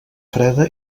freda